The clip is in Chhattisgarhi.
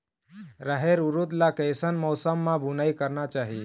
रहेर उरद ला कैसन मौसम मा बुनई करना चाही?